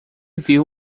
viu